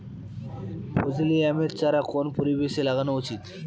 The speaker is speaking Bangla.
ফজলি আমের চারা কোন পরিবেশে লাগানো উচিৎ?